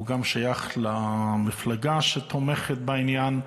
הוא גם שייך למפלגה שתומכת בעניין.